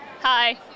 Hi